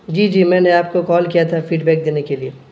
جی جی میں نے آپ کو کال کیا تھا فیڈبیک دینے کے لیے